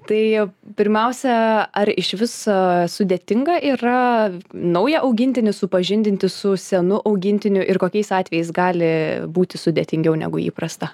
tai pirmiausia ar iš viso sudėtinga yra naują augintinį supažindinti su senu augintiniu ir kokiais atvejais gali būti sudėtingiau negu įprasta